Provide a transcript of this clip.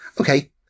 Okay